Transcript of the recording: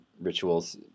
rituals